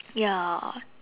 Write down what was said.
ya